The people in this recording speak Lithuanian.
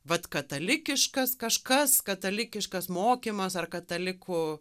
vat katalikiškas kažkas katalikiškas mokymas ar kataliku